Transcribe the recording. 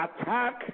attack